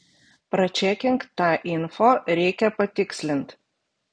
pračekink tą info reikia patikslint